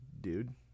dude